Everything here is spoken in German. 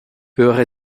höre